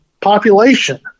population